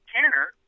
Tanner